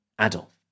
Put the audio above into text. Adolf